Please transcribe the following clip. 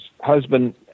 husband